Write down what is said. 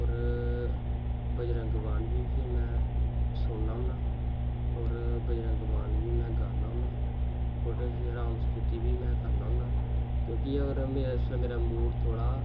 और बजरंग पाठ बी में सुननां होनां और बजरंग बांन बी में गान्नां होनां ओह्ॅदै च राम सतुति बी मे करना होनां क्योंकि उसलै मूड़ मेरा